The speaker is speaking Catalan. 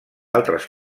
altres